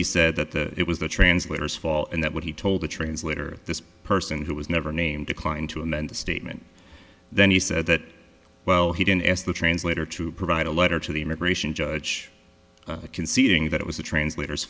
he said that it was the translators fall and that what he told the translator this person who was never named declined to amend the statement then he said that well he didn't ask the translator to provide a letter to the immigration judge conceding that it was the translators